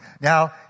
Now